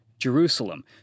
Jerusalem